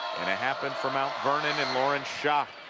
and it happened for mount vernon in lauren schrock.